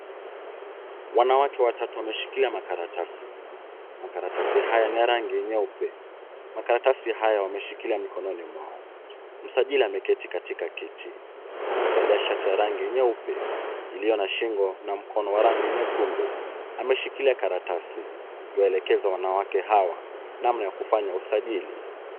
Wanawake watatu wameshikilia makaratasi. Makaratasi haya ni ya rangi nyeupe, makaratasi haya wameshikilia mikononi mwao. Msajili ameketi katika kiti, amevalia shati ya rangi nyeupe iliyo na shingo na mkono wa rangi nyekundu. Ameshikilia karatasi yuaelekeza wanawake hawa namna ya kufanya usajili.